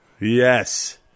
yes